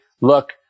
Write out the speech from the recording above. look